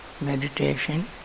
meditation